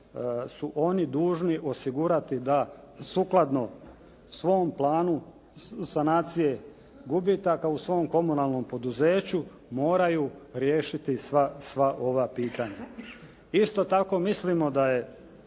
su oni dužni osigurati da sukladno svom planu sanacije gubitaka u svom komunalnom poduzeću moraju riješiti sva ova pitanja. Isto tako mislimo da je